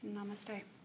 Namaste